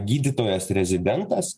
gydytojas rezidentas